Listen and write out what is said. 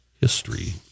history